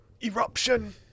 Eruption